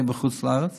זה יהיה בחוץ לארץ,